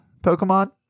Pokemon